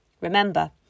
Remember